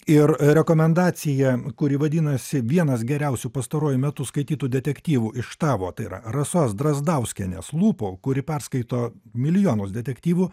ir rekomendacija kuri vadinasi vienas geriausių pastaruoju metu skaitytų detektyvų iš tavo tai yra rasos drazdauskienės lūpų kuri perskaito milijonus detektyvų